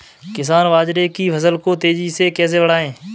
किसान बाजरे की फसल को तेजी से कैसे बढ़ाएँ?